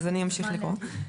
אז אני אמשיך לקרוא.